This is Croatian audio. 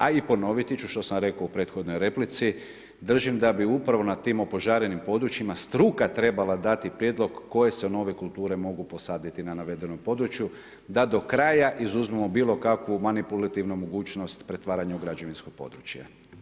A i ponoviti ću što sam rekao u prethodnoj replici, držim da bi upravo na tim opožarenim područjima struka trebala dati prijedlog koje se nove kulture mogu posaditi na navedenom području da do kraja izuzmemo bilo kakvu manipulativnu mogućnost pretvaranja u građevinsko područje.